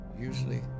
Usually